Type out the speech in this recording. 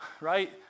right